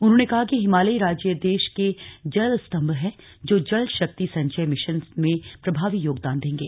उन्होंने कहा कि हिमालयी राज्य देश के जल स्तम्भ है जो जल शक्ति संचय मिशन में प्रभावी योगदान देंगे